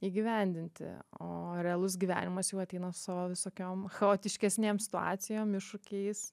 įgyvendinti o realus gyvenimas jau ateina su savo visokiom chaotiškesnėm situacijom iššūkiais